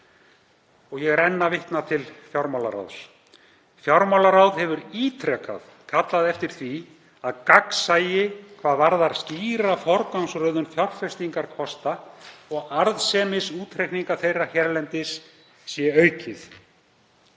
Ég er enn að vitna til fjármálaráðs: „Fjármálaráð hefur ítrekað kallað eftir því að gagnsæi hvað varðar skýra forgangsröðun fjárfestingarkosta og arðsemisútreikninga þeirra hérlendis sé aukið.